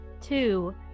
Two